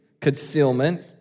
concealment